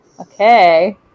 Okay